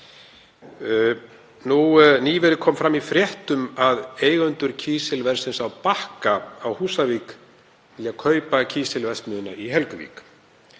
Nýverið kom fram í fréttum að eigendur kísilversins á Bakka á Húsavík vilja kaupa kísilverksmiðjuna í Helguvík.